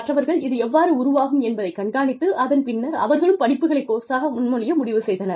மற்றவர்கள் இது எவ்வாறு உருவாகும் என்பதைக் கண்காணித்து அதன் பின்னர் அவர்களும் படிப்புகளை கோர்ஸாக முன்மொழிய முடிவு செய்தனர்